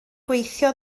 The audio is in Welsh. gweithio